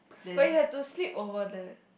but you had to sleep over there